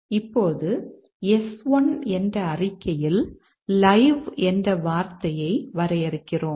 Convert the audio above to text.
இப்போது S1 என்ற அறிக்கையில் லைவ் என்ற வார்த்தையை வரையறுக்கிறோம்